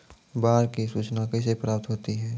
बाढ की सुचना कैसे प्राप्त होता हैं?